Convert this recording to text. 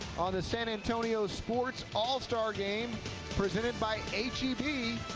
on san antonio sports all-star game presented by h e b.